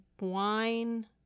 wine